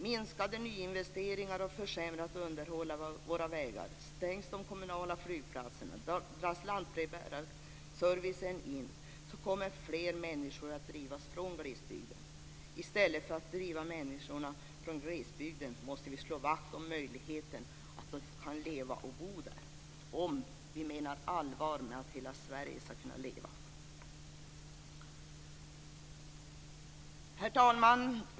Minskas nyinvesteringar och försämras underhållet av våra vägar, stängs de kommunala flygplatserna och dras lantbrevbärarnas service in kommer fler människor att drivas från glesbygden. I stället för att driva bort människorna från glesbygden måste vi slå vakt om möjligheten att leva och bo där om vi menar allvar med att hela Sverige ska kunna leva. Herr talman!